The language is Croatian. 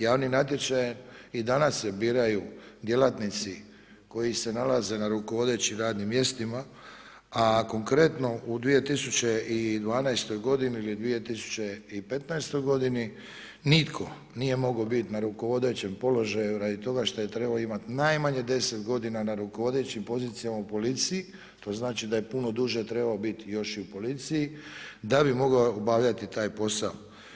Javni natječaj je, i danas se biraju djelatnici koji se nalazi na rukovodećim radnim mjestima a konkretno u 2012. godini ili 2015. godini nitko nije mogao biti na rukovodećim položaju radi toga šta je trebao imati najmanje 10 godina na rukovodećim pozicijama u policiji, to znači da je puno duže trebao biti još i u policiji da bi mogao obavljati taj posao.